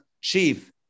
Chief